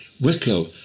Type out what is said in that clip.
Wicklow